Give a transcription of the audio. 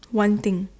one thing